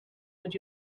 would